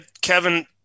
kevin